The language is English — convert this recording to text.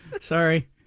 Sorry